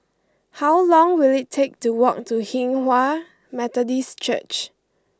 how long will it take to walk to Hinghwa Methodist Church